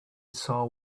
saw